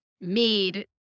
made